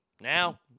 Now